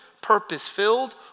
purpose-filled